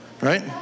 Right